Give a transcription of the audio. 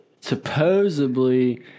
supposedly